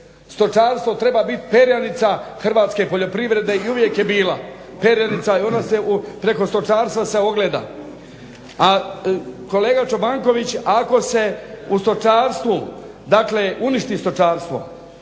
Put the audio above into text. Stočarstvo treba biti perjanica hrvatske poljoprivrede i uvijek je bila perjanica i ona se preko stočarstva ogleda. A kolega Čobanković ako se u stočarstvu dakle uništi stočarstvo